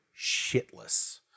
shitless